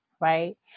right